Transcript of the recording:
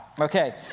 Okay